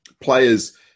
players